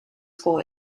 school